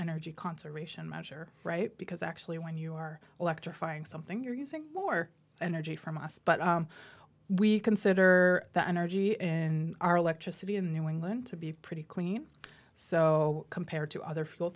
energy conservation measure right because actually when you are electrifying something you're using more energy from us but we consider that energy in our electricity in new england to be pretty clean so compared to other fuel